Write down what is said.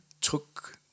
took –